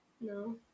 No